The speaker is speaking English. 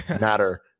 matter